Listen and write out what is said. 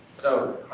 so